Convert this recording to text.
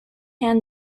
hand